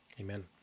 Amen